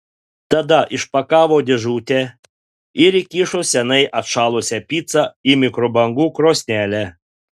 tada išpakavo dėžutę ir įkišo seniai atšalusią picą į mikrobangų krosnelę